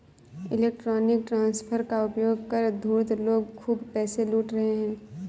electronic transfer का उपयोग कर धूर्त लोग खूब पैसे लूट रहे हैं